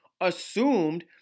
assumed